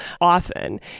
often